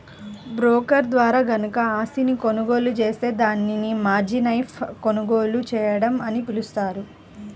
broker ద్వారా గనక ఆస్తిని కొనుగోలు జేత్తే దాన్ని మార్జిన్పై కొనుగోలు చేయడం అని పిలుస్తారు